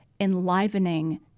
enlivening